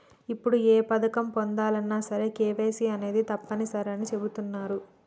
ఇప్పుడు ఏ పథకం పొందాలన్నా సరే కేవైసీ అనేది తప్పనిసరి అని చెబుతున్నరు